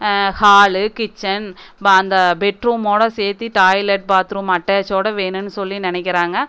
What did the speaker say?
hall kitchen அந்த பெட்ரூமோடு சேர்த்து டாய்லட் பாத் ரூம் அட்டாச்சோடு வேணும்னு சொல்லி நினக்கிறாங்க